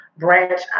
Branch